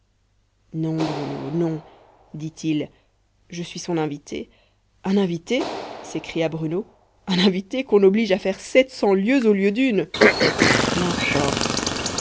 non bruno non dit-il je suis son invité un invité s'écria bruno un invité qu'on oblige à faire sept cents lieues au lieu d'une n'importe